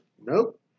Nope